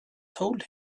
told